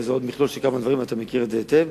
זה מכלול של כמה דברים, ואתה מכיר את זה היטב.